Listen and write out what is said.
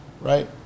right